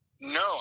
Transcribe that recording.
No